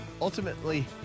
ultimately